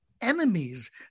enemies